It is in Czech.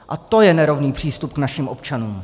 A to je nerovný přístup k našim občanům!